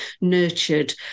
nurtured